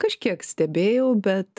kažkiek stebėjau bet